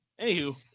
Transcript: anywho